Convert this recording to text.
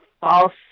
false